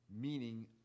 meaning